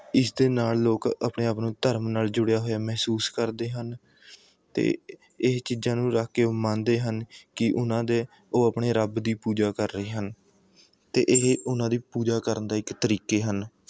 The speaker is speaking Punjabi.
ਇਸ ਦੇ ਨਾਲ਼ ਲੋਕ ਆਪਣੇ ਆਪ ਨੂੰ ਧਰਮ ਨਾਲ਼ ਜੁੜਿਆ ਹੋਇਆ ਮਹਿਸੂਸ ਕਰਦੇ ਹਨ ਅਤੇ ਇਹ ਚੀਜ਼ਾਂ ਨੂੰ ਰੱਖ ਕੇ ਉਹ ਮੰਨਦੇ ਹਨ ਕਿ ਉਹਨਾਂ ਦੇ ਉਹ ਆਪਣੇ ਰੱਬ ਦੀ ਪੂਜਾ ਕਰ ਰਹੇ ਹਨ ਅਤੇ ਇਹ ਉਹਨਾਂ ਦੀ ਪੂਜਾ ਕਰਨ ਦਾ ਇੱਕ ਤਰੀਕੇ ਹਨ